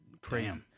crazy